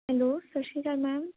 hello ਸਤਿ ਸ਼੍ਰੀ ਅਕਾਲ ਮੈਮ